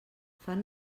fan